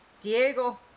Diego